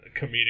comedic